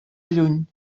lluny